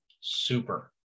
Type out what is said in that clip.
Super